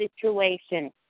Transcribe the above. situation